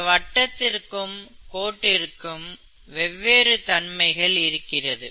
இந்த வட்டத்திற்கும் கோட்டிருக்கும் வெவ்வேறு தன்மைகள் இருக்கிறது